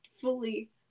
fully